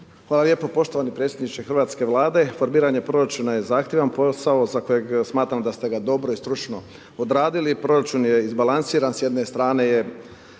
Hvala lijepo. Poštovani predsjedniče hrvatske Vlade, formiranje proračuna je zahtjevan posao za kojeg smatram da ste ga dobro i stručno odradili. Proračun je izbalansiran,